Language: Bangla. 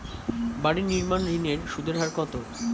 বাড়ি নির্মাণ ঋণের সুদের হার কত?